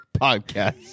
podcast